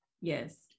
Yes